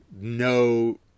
no